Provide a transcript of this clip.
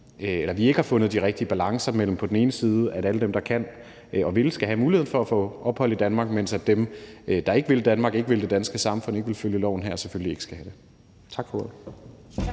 har fundet de rigtige balancer mellem på den ene side, at alle dem, der kan og vil, skal have mulighed for at få ophold i Danmark, mens dem, der ikke vil Danmark, ikke vil det danske samfund, ikke vil følge loven her, på den anden side selvfølgelig ikke skal have det. Tak for ordet.